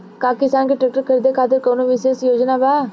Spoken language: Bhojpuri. का किसान के ट्रैक्टर खरीदें खातिर कउनों विशेष योजना बा?